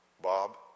Bob